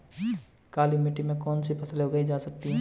काली मिट्टी में कौनसी फसलें उगाई जा सकती हैं?